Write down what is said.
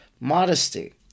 modesty